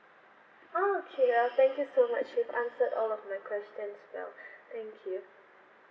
ah okay well thank you so much you've answered all of my questions well thank you